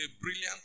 brilliant